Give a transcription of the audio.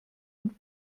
und